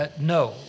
No